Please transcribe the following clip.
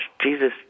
Jesus